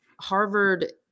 Harvard